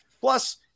Plus